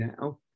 now